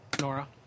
Nora